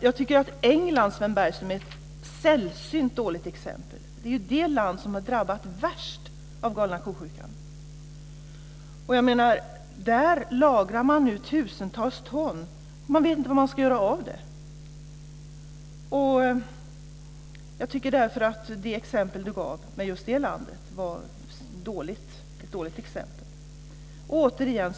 England, Sven Bergström, är ett sällsynt dåligt exempel. Det är det landet som har drabbats värst av galna ko-sjukan. Där lagras nu tusentals ton som man inte vet vad man ska göra av. Exemplet med det landet var dåligt.